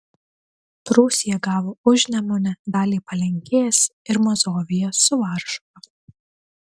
prūsija gavo užnemunę dalį palenkės ir mazoviją su varšuva